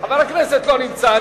חבר הכנסת לא נמצא,